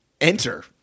enter